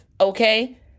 okay